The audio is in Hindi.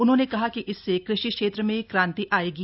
उन्होंने कहा कि इससे कृषि क्षेत्र में क्रांति आएगी